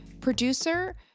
Producer